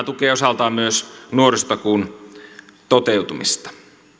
tukee osaltaan myös nuorisotakuun toteutumista